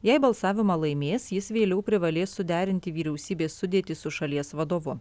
jei balsavimą laimės jis vėliau privalės suderinti vyriausybės sudėtį su šalies vadovu